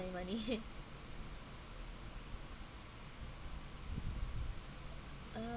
money uh